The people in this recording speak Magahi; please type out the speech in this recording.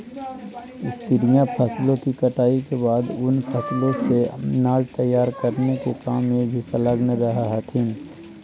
स्त्रियां फसलों की कटाई के बाद उन फसलों से अनाज तैयार करे के काम में भी संलग्न रह हथीन